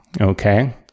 Okay